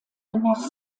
nach